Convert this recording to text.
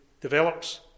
develops